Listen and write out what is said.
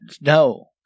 no